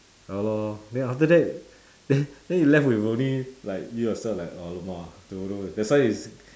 ya lor then after that then then you left with only like you yourself like !alamak! don't know that's why it's